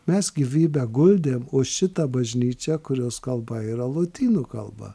mes gyvybę guldėm už šitą bažnyčią kurios kalba yra lotynų kalba